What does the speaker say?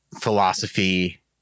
philosophy